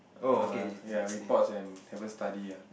oh ya reports and haven't study ah